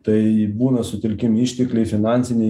tai būna sutelkiami ištekliai finansiniai